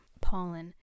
pollen